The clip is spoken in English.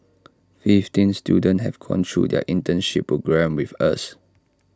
fifteen students have gone through their internship programme with us